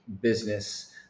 business